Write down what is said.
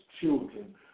children